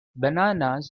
bananas